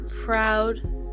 proud